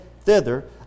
thither